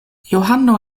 johano